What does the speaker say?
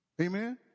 Amen